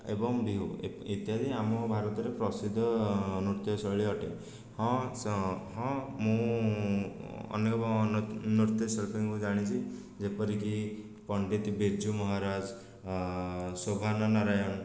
ଏବଂ ଇତ୍ୟାଦି ଆମ ଭାରତରେ ପ୍ରସିଦ୍ଧ ନୃତ୍ୟ ଶୈଳୀ ଅଟେ ହଁ ହଁ ମୁଁ ଅନେକ ନୃତ୍ୟଶିଳ୍ପୀଙ୍କୁ ଜାଣିଛି ଯେପରିକି ପଣ୍ଡିତ ବିରଜୁ ମହାରାଜ ଶୋଭନ ନାରାୟଣ